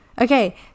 Okay